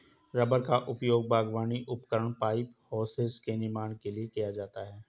rubber का उपयोग बागवानी उपकरण, पाइप और होसेस के निर्माण के लिए किया जाता है